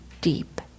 deep